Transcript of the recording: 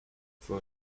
for